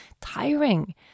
tiring